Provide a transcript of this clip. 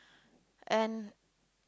and